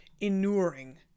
Inuring